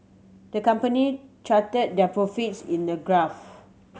the company charted their profits in a graph